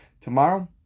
Tomorrow